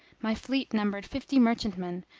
my fleet numbered fifty merchantmen,